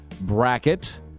bracket